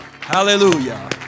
Hallelujah